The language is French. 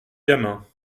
gamin